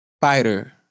fighter